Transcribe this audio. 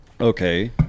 Okay